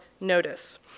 notice